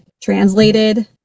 translated